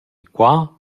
qua